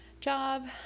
job